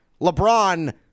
LeBron